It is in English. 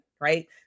right